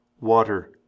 water